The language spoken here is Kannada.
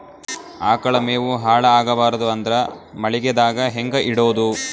ಆಕಳ ಮೆವೊ ಹಾಳ ಆಗಬಾರದು ಅಂದ್ರ ಮಳಿಗೆದಾಗ ಹೆಂಗ ಇಡೊದೊ?